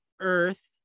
earth